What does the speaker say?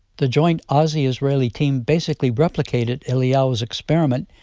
the joint aussie-israeli team basically replicated eliyahu's experiment,